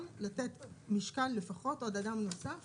לא כדאי לתת משקל לפחות לעוד אדם נוסף